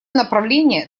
направление